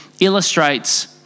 illustrates